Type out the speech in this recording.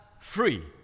free